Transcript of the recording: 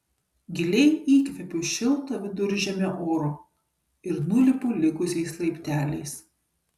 giliai įkvepiu šilto viduržemio oro ir nulipu likusiais laipteliais